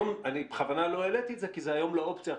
אני בכוונה לא העליתי את זה כי היום זה לא אופציה.